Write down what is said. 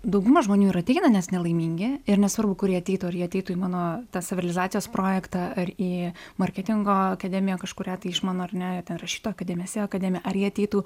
dauguma žmonių ir ateina nes nelaimingi ir nesvarbu kur jie ateitų ar jie ateitų į mano tą savirealizacijos projektą ar į marketingo akademiją kažkurią tai iš mano ar ne ten rašytojų akademiją seo akademiją ar jie ateitų